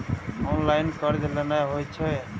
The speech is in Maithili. ऑनलाईन कर्ज केना होई छै?